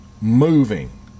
moving